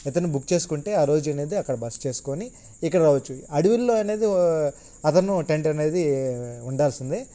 ఇతను బుక్ చేసుకుంటే ఆ రోజు అనేది అక్కడ బస చేసుకుని ఇక్కడ రావచ్చు అడవుల్లో అనేది అతను టెంట్ అనేది ఉండాల్సిందే